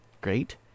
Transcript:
Great